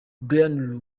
bryan